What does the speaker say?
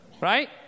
Right